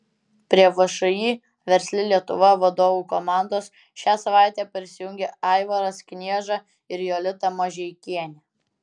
prie všį versli lietuva vadovų komandos šią savaitę prisijungė aivaras knieža ir jolita mažeikienė